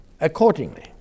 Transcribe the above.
Accordingly